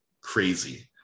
crazy